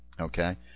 Okay